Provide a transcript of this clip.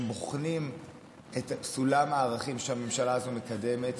הם בוחנים את סולם הערכים שהממשלה הזו מקדמת,